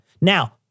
now